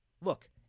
Look